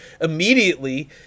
immediately